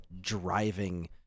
driving